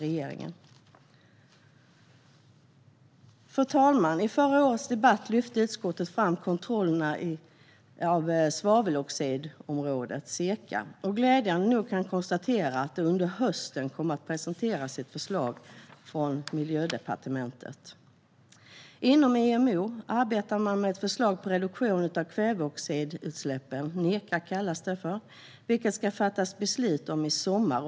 Under förra årets debatt lyfte utskottet fram kontrollerna på svaveldioxidområdet, Seka, och glädjande nog kan jag konstatera att det under hösten kommer att presenteras ett förslag från Miljödepartementet. IMO arbetar med ett förslag på reduktion av kväveoxidutsläppen - kallat Neca - vilket det ska fattas beslut om i sommar.